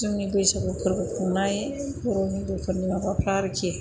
जोंनि बैसागु फोरबो खुंनाय बर'नि बेफोरनि माबाफ्रा आरोखि